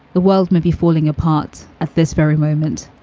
the world may be falling apart at this very moment,